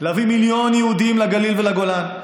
אנחנו צריכים להביא מיליון יהודים לגליל ולגולן,